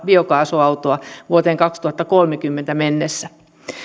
biokaasuautoa vuoteen kaksituhattakolmekymmentä mennessä